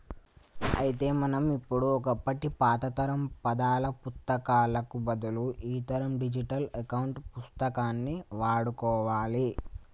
అయితే మనం ఇప్పుడు ఒకప్పటి పాతతరం పద్దాల పుత్తకాలకు బదులు ఈతరం డిజిటల్ అకౌంట్ పుస్తకాన్ని వాడుకోవాలి